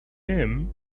him